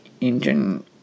engine